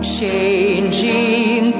changing